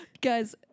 Guys